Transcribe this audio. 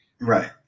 right